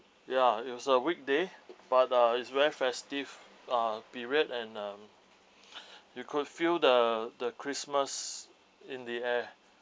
ya it was a weekday but uh it's very festive uh period and uh you could feel the the christmas in the air